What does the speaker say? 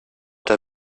der